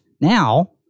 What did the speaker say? Now